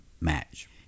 match